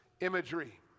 imagery